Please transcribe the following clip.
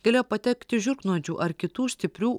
galėjo patekti žiurknuodžių ar kitų stiprių